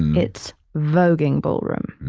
it's voguing ballroom.